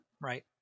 right